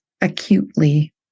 acutely